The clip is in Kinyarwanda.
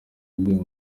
rwe